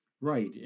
Right